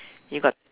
you got